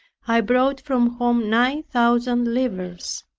i brought from home nine thousand livres.